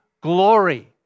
glory